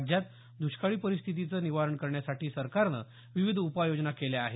राज्यात दुष्काळी परिस्थितीचं निवारण करण्यासाठी सरकारनं विविध उपाययोजना केल्या आहेत